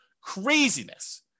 Craziness